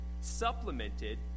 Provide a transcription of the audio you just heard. supplemented